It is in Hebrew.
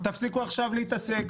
תפסיקו עכשיו להתעסק,